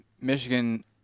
Michigan